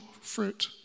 fruit